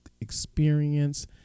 experience